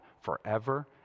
forever